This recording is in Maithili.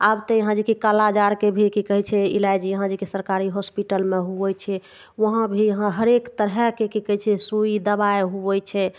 आब तऽ यहाँ जे कि कालाजारके भी कि कहय छै इलाज यहाँ जे कि सरकारी हॉस्पिटलमे हुवै छै वहाँ भी यहाँ हरेक तरहके कि कहय छै सुइ दवाइ हुवै छै